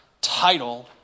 title